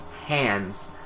hands